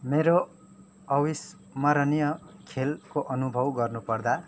मेरो अविस्मरणीय खेलको अनुभव गर्नुपर्दा